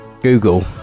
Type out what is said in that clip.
Google